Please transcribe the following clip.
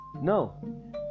no